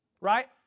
right